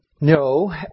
No